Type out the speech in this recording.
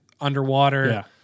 underwater